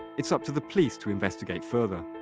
it's up to the police to investigate further.